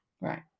right